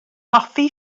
hoffi